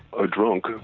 a drunk,